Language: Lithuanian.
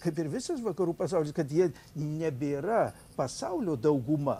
kaip ir visas vakarų pasaulis kad jie nebėra pasaulio dauguma